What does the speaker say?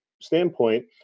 standpoint